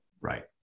Right